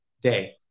day